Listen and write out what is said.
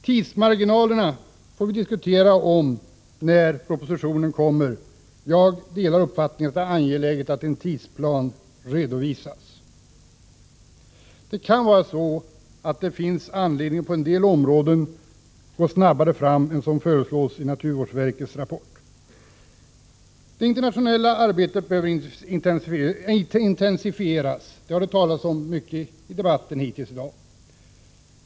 Tidsmarginalerna får vi diskutera när propositionen läggs fram. Jag delar uppfattningen att det är angeläget att en tidsplan redovisas. Det finns kanske anledning att på vissa områden gå snabbare fram än vad som föreslås i naturvårdsverkets rapport. Det internationella arbetet behöver intensifieras, och om detta har det hittills talats mycket i dagens debatt.